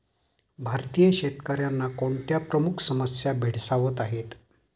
भारतीय शेतकऱ्यांना कोणत्या प्रमुख समस्या भेडसावत आहेत?